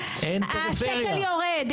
השקל יורד,